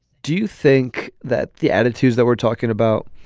do you think that the attitude that we're talking about